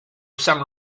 some